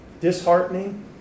disheartening